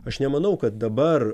aš nemanau kad dabar